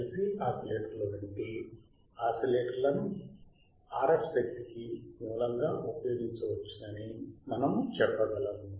LC ఆసిలేటర్లు వంటి ఆసిలేటర్లను RF శక్తికి మూలంగా ఉపయోగించవచ్చని మనము చెప్పగలం